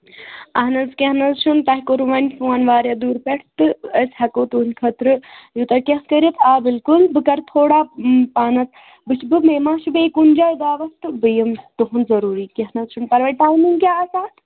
اَہَن حظ کیٚنٛہہ نَہ حظ چھُنہٕ تۄہہِ کوٚرو وۄنۍ فون واریاہ دوٗرِ پٮ۪ٹھ تہٕ أسۍ ہٮ۪کو تُہٕنٛدِ خٲطرٕ یوٗتاہ کیٛاہ کٔرِتھ آ بِلکُل بہٕ کَرٕ تھوڑا پانَس بہٕ چھُس بہٕ مےٚ ما چھُ بیٚیہِ کُنہِ جایہِ دعوت تہٕ بہٕ یِمہٕ تُہُنٛد ضروٗری کیٚنٛہہ نہ حظ چھُنہٕ پَرواے ٹایمِنٛگ کیٛاہ آسہِ اَتھ